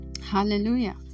Hallelujah